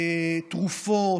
תרופות,